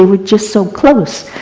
were just so close.